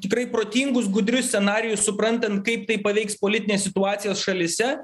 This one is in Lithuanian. tikrai protingus gudrius scenarijus suprantant kaip tai paveiks politines situacijas šalyse